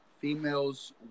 females